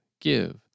give